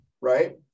right